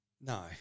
no